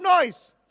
noise